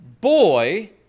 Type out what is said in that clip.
boy